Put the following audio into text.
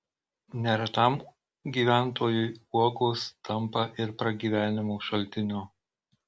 neretam gyventojui uogos tampa ir pragyvenimo šaltiniu